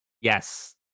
Yes